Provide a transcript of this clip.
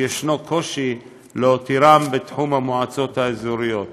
שיש קושי להותירם בתחום המועצות האזוריות.